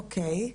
אוקיי.